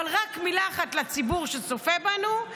אבל רק מילה אחת לציבור שצופה בנו: